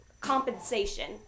compensation-